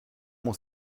mon